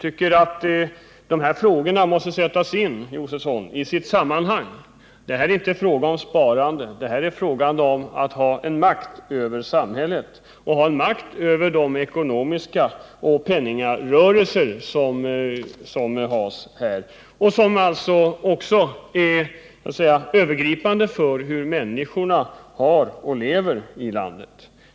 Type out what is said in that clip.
Detta måste, Stig Josefson, sättas in i sitt sammanhang. Det är inte fråga om ett sparande utan om makt över samhället och de ekonomiska rörelserna, penningrörelserna. Och de är av övergripande betydelse för hur människor har det i landet.